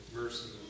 mercy